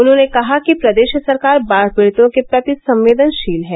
उन्होंने कहा कि प्रदेश सरकार बाढ़ पीड़ितों के प्रति संवेदनशील है